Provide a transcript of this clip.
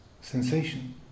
sensation